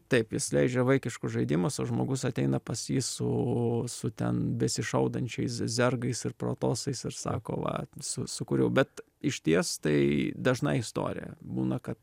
taip jis leidžia vaikiškus žaidimus o žmogus ateina pas jį su su ten besišaudančiais zergais ir protosais ir sako va su sukūriau bet išties tai dažna istorija būna kad